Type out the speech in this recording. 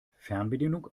fernbedienung